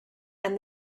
and